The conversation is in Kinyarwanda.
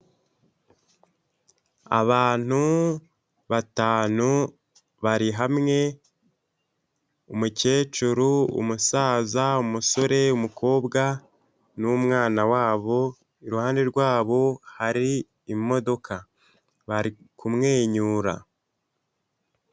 Abantu batanu bari hamwe umukecuru, umusaza, umusore, umukobwa n'umwana wabo iruhande rwabo hari imodoka bari kumwenyura.